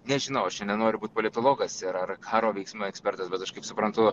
nežinau aš čia nenoriu būt politologas ir ar karo veiksmų ekspertas bet aš kaip suprantu